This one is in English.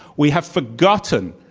we have forgotten,